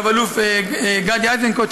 רב-אלוף גדי איזנקוט,